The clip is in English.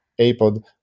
apod